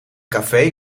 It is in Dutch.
café